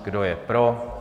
Kdo je pro?